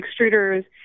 extruders